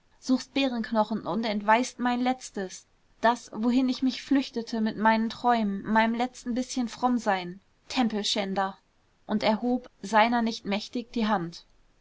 suchst bärenknochen und entweihst mein letztes das wohin ich mich flüchtete mit meinen träumen meinem letzten bißchen frommsein tempelschänder und er hob seiner nicht mächtig die hand